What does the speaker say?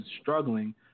struggling